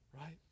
Right